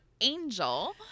Angel